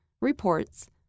reports